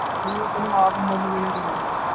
ਨਹੀਂ ਉਹ ਤੁਹਾਨੂੰ ਆਪ ਮੁੱਲ ਲੈਣੇ ਪੈਣੇ ਹੈ